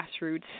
grassroots